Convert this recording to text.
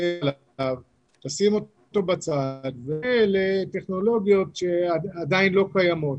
תשים אותו בצד ותפנה לטכנולוגיות שעדיין לא קיימות.